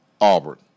Auburn